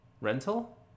rental